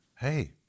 hey